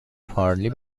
پارلی